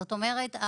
זאת אומרת,